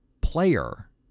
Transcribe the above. player